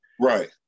Right